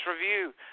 Review